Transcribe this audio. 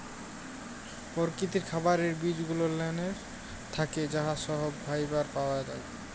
পরকিতির খাবারের বিজগুলানের থ্যাকে যা সহব ফাইবার পাওয়া জায়